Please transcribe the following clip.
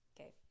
Okay